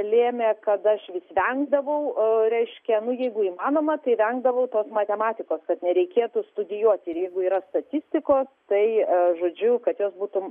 lėmė kada aš vis vengdavau reiškia nu jeigu įmanoma tai vengdavau tos matematikos kad nereikėtų studijuoti ir jeigu yra statistikos tai žodžiu kad jos būtų